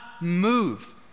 move